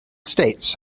states